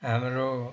हाम्रो